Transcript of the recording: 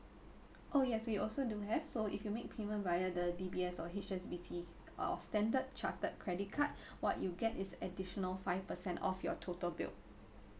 oh yes we also do have so if you make payment via the D_B_S or H_S_B_C or standard chartered credit card what you get is additional five percent off your total bill